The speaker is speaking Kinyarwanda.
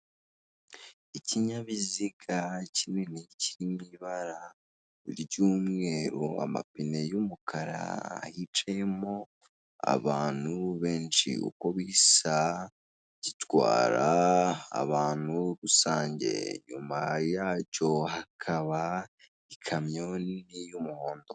Ikinyabiziga kinini kiri mu ibara ry'umweru, amapine y'umukara hicayemo abantu benshi. Uko bisa gitwara abantu rusange, inyuma yacyo hakaba ikamyo nini y'umuhondo.